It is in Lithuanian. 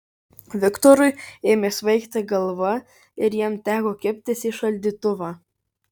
viktorui ėmė svaigti galva ir jam teko kibtis į šaldytuvą